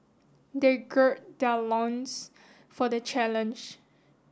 they gird their loins for the challenge